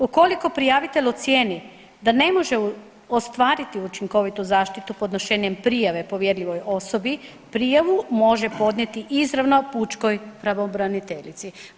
Ukoliko prijavitelj ocjeni da ne može ostvariti učinkovitu zaštitu podnošenjem prijave povjerljivoj osobi, prijavu može podnijeti izravno pučkoj pravobraniteljici.